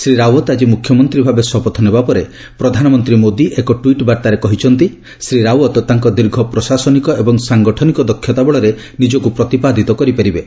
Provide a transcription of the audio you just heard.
ଶ୍ରୀ ରାଓ୍ୱତ୍ ଆଜି ମୁଖ୍ୟମନ୍ତ୍ରୀ ଭାବେ ଶପଥ ନେବା ପରେ ପ୍ରଧାନମନ୍ତ୍ରୀ ମୋଦୀ ଏକ ଟ୍ୱିଟ୍ ବାର୍ତ୍ତାରେ କହିଛନ୍ତି ଶ୍ରୀ ରାଓ୍ୱତ୍ ତାଙ୍କ ଦୀର୍ଘ ପ୍ରଶାସନିକ ଏବଂ ସାଙ୍ଗଠନିକ ଦକ୍ଷତା ବଳରେ ନିଜକୁ ପ୍ରତିପାଦିତ କରିପାରିବେ